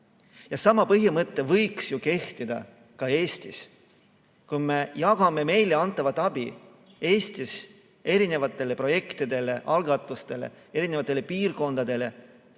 tasemel. Sama põhimõte võiks ju kehtida ka Eestis. Kui me jagame meile antavat abi Eestis erinevatele projektidele ja algatustele, eri piirkondadele,